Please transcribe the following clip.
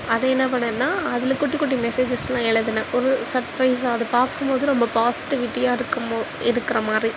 அதை என்ன பண்ணேன்னா அதில் குட்டி குட்டி மெஸேஜஸெலாம் எழுதினேன் ஒரு சப்ரைஸாக அது பார்க்கும்மோது நம்ம பாசிட்டிவிட்டியாக இருக்கும் இருக்கிற மாதிரி